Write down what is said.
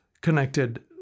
connected